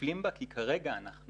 נופלים בה כי כרגע אנחנו